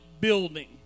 building